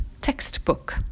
textbook